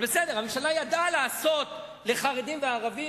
הממשלה ידעה לעשות לחרדים ולערבים,